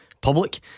public